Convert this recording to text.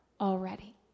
already